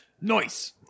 Nice